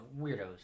weirdos